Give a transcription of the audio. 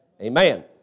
amen